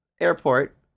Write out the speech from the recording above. airport